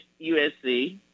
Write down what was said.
USC